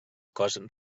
cos